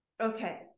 Okay